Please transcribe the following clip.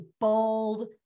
bold